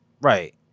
right